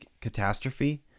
catastrophe